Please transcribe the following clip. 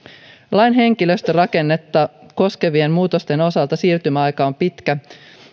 lain henkilöstörakennetta koskevien muutosten osalta siirtymäaika on pitkä